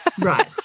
right